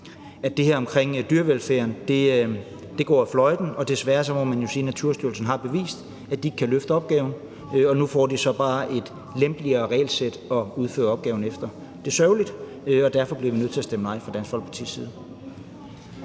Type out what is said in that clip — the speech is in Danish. at det her omkring dyrevelfærden går fløjten, og desværre må man jo sige, at Naturstyrelsen har bevist, at de ikke kan løfte opgaven, og de får nu så bare et lempeligere regelsæt at udføre opgaven efter. Det er sørgeligt, og derfor bliver vi fra Dansk Folkepartis side